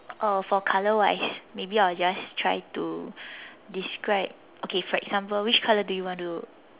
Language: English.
or for color wise maybe I will just try to describe okay for example which color do you want to